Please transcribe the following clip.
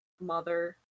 mother